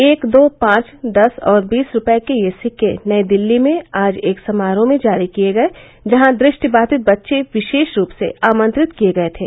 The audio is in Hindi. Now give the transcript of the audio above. एक दो पांच दस और बीस रूपये के ये सिक्के नई दिल्ली में आज एक समारोह में जारी किये गये जहां दृष्टिबाधित बच्चे विशेष रूप से आमंत्रित किये गये थे